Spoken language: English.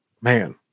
Man